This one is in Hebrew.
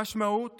המשמעות